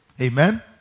Amen